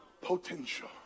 potential